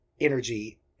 energy